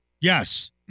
Yes